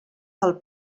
del